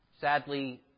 Sadly